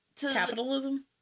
Capitalism